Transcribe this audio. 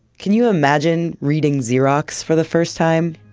can you imagine reading xerox for the first time?